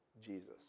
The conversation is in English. Jesus